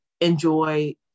enjoy